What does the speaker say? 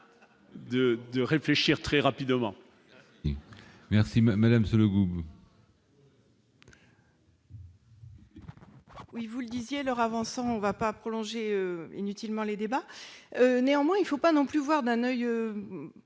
de réfléchir très rapidement. Merci madame, c'est le goût. Oui, vous le disiez, leur avance, on va pas prolonger inutilement les débats, néanmoins il faut pas non plus voir d'un oeil,